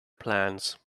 plans